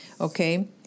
okay